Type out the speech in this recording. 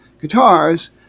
guitars